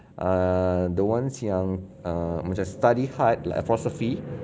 err the ones yang err macam study hard apostrophe